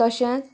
तशेंच